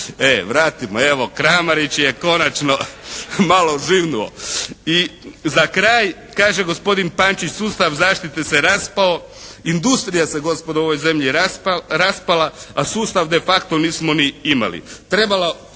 Evo Kramarić je konačno malo živnuo. I za kraj kaže gospodin Pančić, sustav zaštite se raspao, industrija se gospodo u ovoj zemlji raspala a sustav de facto nismo ni imali.